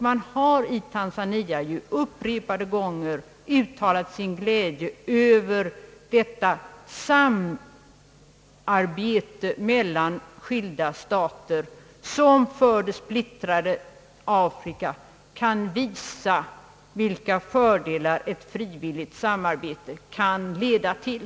Man har i Tanzania upprepade gånger uttalat sin glädje över detta samarbete mellan skilda stater, som för det splittrade Afrika kan visa vilka fördelar ett frivilligt samarbete kan leda till.